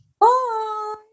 Bye